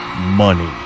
money